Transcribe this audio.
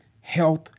health